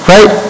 Right